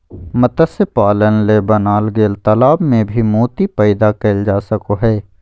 मत्स्य पालन ले बनाल गेल तालाब में भी मोती पैदा कइल जा सको हइ